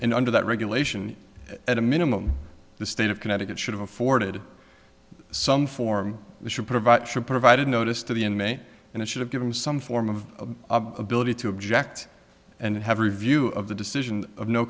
and under that regulation at a minimum the state of connecticut should have afforded some form we should provide should provide a notice to the in may and it should have given some form of ability to object and have a review of the decision of no